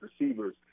receivers